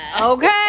Okay